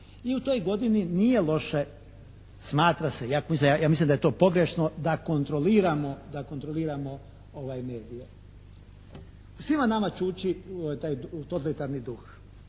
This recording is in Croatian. i u toj godini nije loše smatra se, ja mislim da je to pogrešno da kontroliramo medije. U svima nama čuči taj …